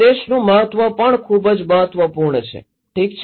સંદેશનું મહત્વ પણ ખૂબ જ મહત્વપૂર્ણ છે ઠીક છે